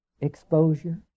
exposure